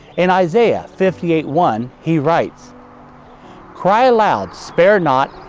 in isaiah fifty eight one he writes cry aloud, spare not,